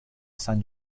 san